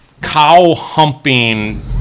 cow-humping